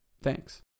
Thanks